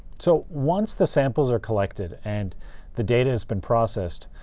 so once the samples are collected, and the data has been processed,